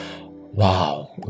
wow